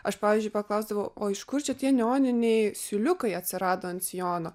aš pavyzdžiui paklausdavau o iš kur čia tie neoniniai siūliukai atsirado ant sijono